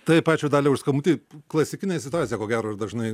taip ačiū dalia už skambutį klasikinė situacija ko gero ir dažnai